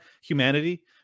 humanity